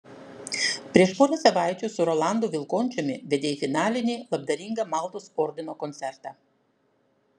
prieš porą savaičių su rolandu vilkončiumi vedei finalinį labdaringą maltos ordino koncertą